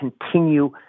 continue